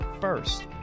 First